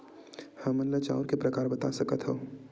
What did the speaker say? हमन ला चांउर के प्रकार बता सकत हव?